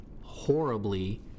horribly